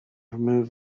remove